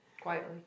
Quietly